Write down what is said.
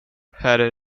herr